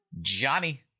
Johnny